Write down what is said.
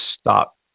stop